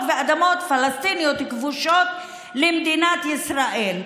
ואדמות פלסטיניות כבושות למדינת ישראל.